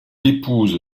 épouse